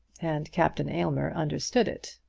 and captain aylmer understood it.